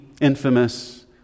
infamous